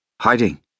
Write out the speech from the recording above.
Hiding